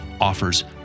offers